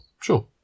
sure